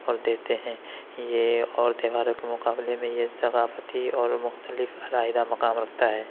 اور دیتے ہیں یہ اور تہواروں کے مقابلے میں یہ ثقافتی اور مختلف علاحدہ مقام رکھتا ہے